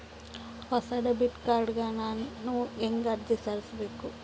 ಹೊಸ debit card ಗ ನಾನು ಹೆಂಗ ಅರ್ಜಿ ಸಲ್ಲಿಸಬೇಕು?